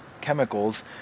chemicals